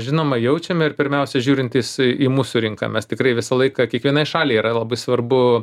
žinoma jaučiam ir pirmiausia žiūrintys į mūsų rinką mes tikrai visą laiką kiekvienai šaliai yra labai svarbu